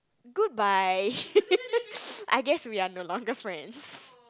goodbye I guess we are no longer friends